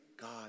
God